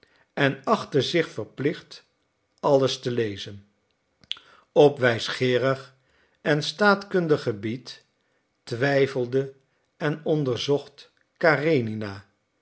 en achtte zich verplicht alles te lezen op wijsgeerig en staatkundig gebied twijfelde en onderzocht karenina